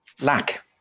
lack